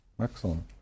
Excellent